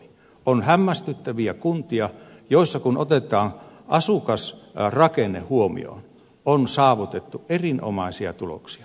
on hämmästyttäviä kuntia joissa kun otetaan asukasrakenne huomioon on saavutettu erinomaisia tuloksia